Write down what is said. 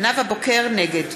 נגד